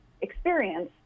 experience